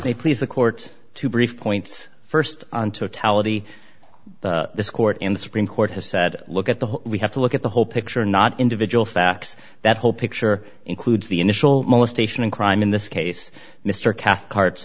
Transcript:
they please the court two brief points st on to tallahassee this court in the supreme court has said look at the we have to look at the whole picture not individual facts that whole picture includes the initial molestation and crime in this case mr cathcart